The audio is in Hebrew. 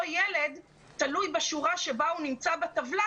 ילד - תלוי בשורה בה הוא נמצא בטבלה